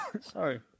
sorry